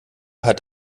hat